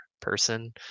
person